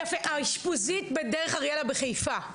יפה, האשפוזית ב"דרך אריאלה" בחיפה.